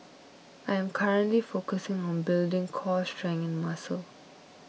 I am currently focusing on building core strength and muscle